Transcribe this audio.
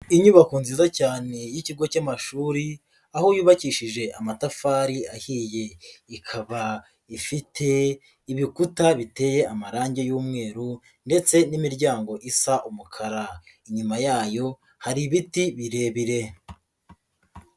Inyubako nziza cyane y'ikigo cy'amashuri aho yubakishije amatafari ahiye, ikaba ifite ibikuta biteye amarangi y'umweru ndetse n'imiryango isa umukara. Inyuma yayo hari ibiti birebire.